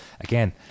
again